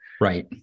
Right